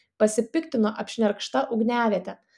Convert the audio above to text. pasipiktino apšnerkšta ugniaviete